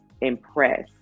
impress